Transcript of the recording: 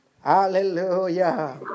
Hallelujah